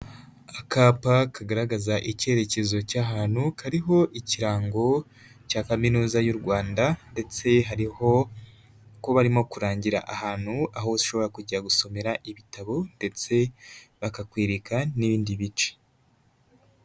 Akapa kagaragaza icyerekezo cy'ahantu kariho ikirango cya kaminuza y'u Rwanda ndetse hariho ko barimo kurangira ahantu aho hose ushobora kujya gusomera ibitabo ndetse bakakwereka n'ibindi bice.